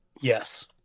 Yes